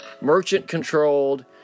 merchant-controlled